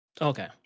okay